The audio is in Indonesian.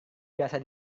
biasa